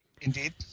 Indeed